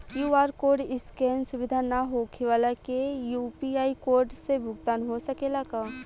QR code scan सुविधा ना होखे वाला के यू.पी.आई कोड से भुगतान हो सकेला का?